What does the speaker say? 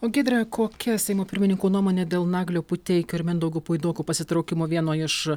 o giedre kokia seimo pirmininko nuomonė dėl naglio puteikio ir mindaugo puidoko pasitraukimo vieno iš